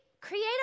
create